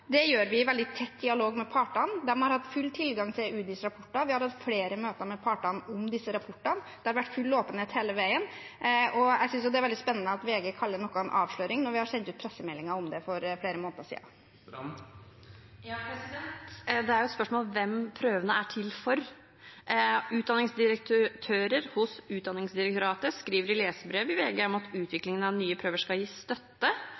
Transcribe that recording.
Det gjør vi i veldig tett dialog med partene. De har hatt full tilgang til Utdanningsdirektoratets rapporter. Vi har hatt flere møter med partene om disse rapportene. Det har vært full åpenhet hele veien. Jeg synes det er veldig spennende at VG kaller noe en avsløring, når vi har sendt ut pressemeldinger om det for flere måneder siden. Det er et spørsmål hvem prøvene er til for. Utdanningsdirektører hos Utdanningsdirektoratet skriver i leserbrev i VG at utviklingen av nye prøver skal gi støtte,